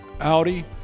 Audi